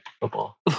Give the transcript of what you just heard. football